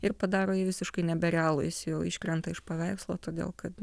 ir padaro jį visiškai neberealų jis jau iškrenta iš paveikslo todėl kad